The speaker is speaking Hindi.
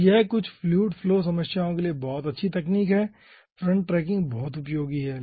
तो यह कुछ फ्लूइड फ्लो समस्याओं के लिए एक बहुत अच्छी तकनीक है फ्रंट ट्रैकिंग बहुत उपयोगी है